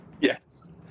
Yes